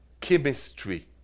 chemistry